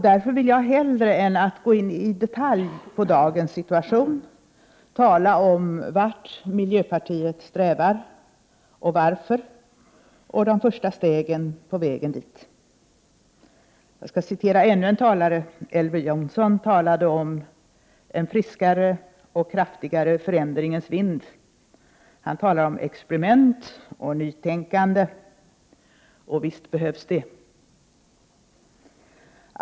Därför vill jag, hellre än att gå in i detalj på dagens situation, tala om vart miljöpartiet strävar, varför vi gör det och de första stegen på vägen dit. Jag skall citera ännu en talare. Elver Jonsson talade om ”en friskare och kraftigare förändringens vind”. Han talade om ”experiment och nytänkande”, och visst behövs det.